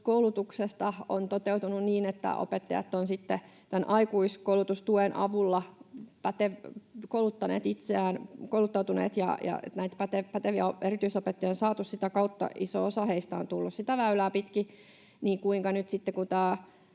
on toteutunut niin, että opettajat ovat sitten tämän aikuiskoulutustuen avulla kouluttautuneet ja näitä päteviä erityisopettajia saatu sitä kautta — iso osa heistä on tullut sitä väylää pitkin — niin kuinka nyt sitten, kun tämä